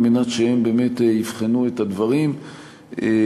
על מנת שהן באמת יבחנו את הדברים במגבלות